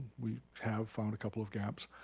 we have found a couple of gaps,